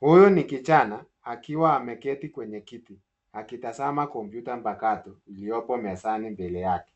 Huyu ni kijana akiwa ameketi kwenye kiti akitazama kompyuta mpakato iliyopo mezani mbele yake.